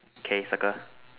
okay circle